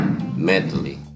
mentally